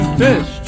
fish